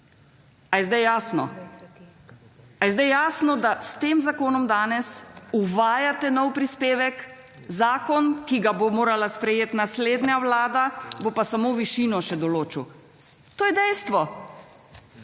Ali je sedaj jasno, da s tem zakonom danes uvajate novi prispevek? Zakon, ki ga bo morala sprejeti naslednja Vlada bo pa samo še višino odločil. To je dejstvo,